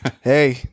Hey